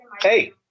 Hey